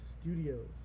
Studios